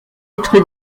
être